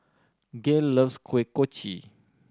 Gale loves Kuih Kochi